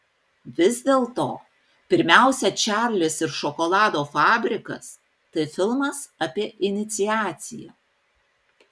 vis dėlto pirmiausia čarlis ir šokolado fabrikas tai filmas apie iniciaciją